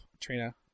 Trina